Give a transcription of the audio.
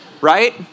Right